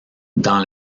dans